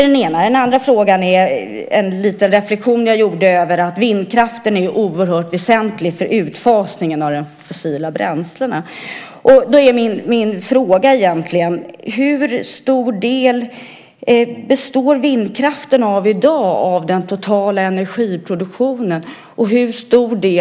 Den andra frågan gäller en liten reflexion jag gjorde över påståendet att vindkraften är oerhört väsentlig för utfasningen av de fossila bränslena. Min fråga är: Hur stor del av den totala energiproduktionen står vindkraften för i dag?